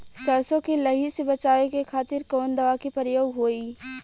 सरसो के लही से बचावे के खातिर कवन दवा के प्रयोग होई?